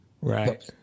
Right